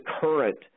current